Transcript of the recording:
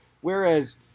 Whereas